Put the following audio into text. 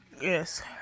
Yes